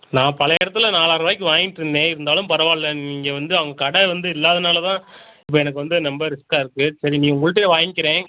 நான் பழைய இடத்துல நாலார்று ரூபாய்க்கு வாங்கிட்டிருந்தேன் இருந்தாலும் பரவாயில்ல இங்கே வந்து அவங்க கடை வந்து இல்லாதனால் தான் இப்போ எனக்கு வந்து ரொம்ப ரிஸ்க்காக இருக்குது சரி இனி உங்கள்கிட்டையே வாங்கிக்கிறேன்